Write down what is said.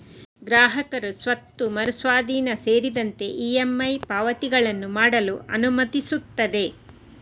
ಗ್ರಾಹಕರು ಸ್ವತ್ತು ಮರು ಸ್ವಾಧೀನ ಸೇರಿದಂತೆ ಇ.ಎಮ್.ಐ ಪಾವತಿಗಳನ್ನು ಮಾಡಲು ಅನುಮತಿಸುತ್ತದೆ